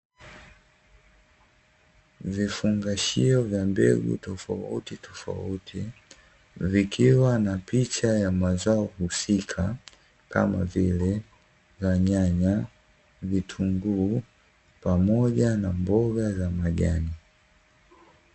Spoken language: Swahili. Vifungashio vya mbegu tofautitofauti vikiwa na picha ya mazao husika kama vile; nyanya, vitunguu pamoja na mboga za majani.